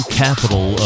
capital